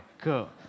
Cool